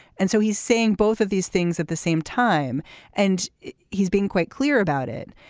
and so he's saying both of these things at the same time and he's being quite clear about it.